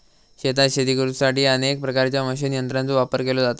शेतात शेती करुसाठी अनेक प्रकारच्या मशीन यंत्रांचो वापर केलो जाता